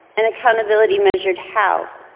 an accountability measured how.